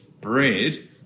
bread